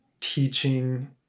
teaching